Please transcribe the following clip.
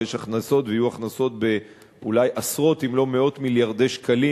ויש הכנסות ויהיו הכנסות של אולי עשרות אם לא מאות מיליארדים של שקלים